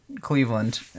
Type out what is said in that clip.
Cleveland